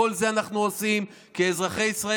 את כל זה אנחנו עושים כי אזרחי ישראל